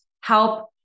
help